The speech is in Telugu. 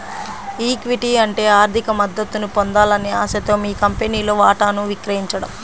ఈక్విటీ అంటే ఆర్థిక మద్దతును పొందాలనే ఆశతో మీ కంపెనీలో వాటాను విక్రయించడం